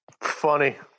Funny